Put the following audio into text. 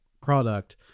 product